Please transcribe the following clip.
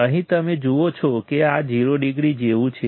અહીં તમે જુઓ છો કે આ 0 ડિગ્રી જેવું છે